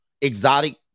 exotic